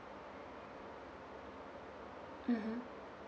mmhmm